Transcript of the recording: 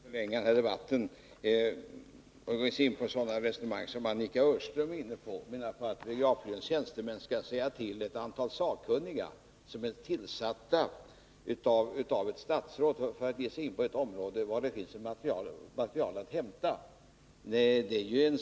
Fru talman! Det är väl onödigt att förlänga den här debatten och ge sig in på sådana resongemang som Annika Öhrström gav sig in på. Hon menar att biografbyråns tjänstemän skall säga till ett antal sakkunniga, som är tillsatta av ett statsråd för att ge sig in på ett område, vad det finns för material att tillgå.